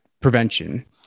prevention